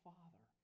Father